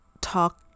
talk